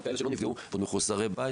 גם לאלה שלא נפגעו ועוד מחוסרי בית.